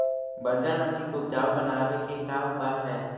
बंजर मट्टी के उपजाऊ बनाबे के का उपाय है?